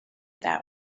that